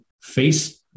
face